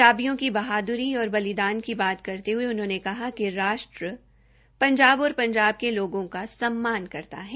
जाबियो की बहादुरी और बलिदान की बात करते हये उन्होंने कहा कि राष्ट्र ंजाब और ंजाब के लोगों का सम्मान करता है